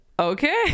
Okay